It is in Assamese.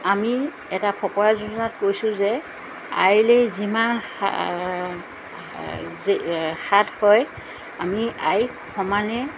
আমি এটা ফকৰা যোজনাত কৈছোঁ যে আইলে যিমান যেই সাত হয় আমি আই সমানেই